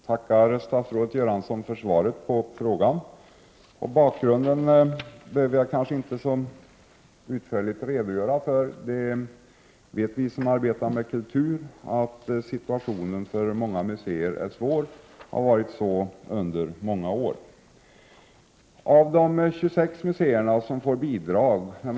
Fru talman! Jag tackar statsrådet Göransson för svaret på min fråga. Bakgrunden behöver jag kanske inte redogöra för så utförligt. Vi som arbetar med kultur vet att situationen för många museer är svår och har varit sådan under många år.